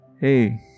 Hey